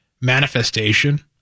manifestation